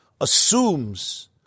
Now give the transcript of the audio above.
assumes